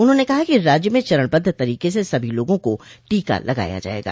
उन्होंने कहा कि राज्य में चरणबद्ध तरीके से सभी लोगों को टीका लगाया जायेगा